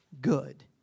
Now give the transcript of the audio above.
good